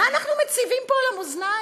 מה אנחנו מציבים פה על המאזניים?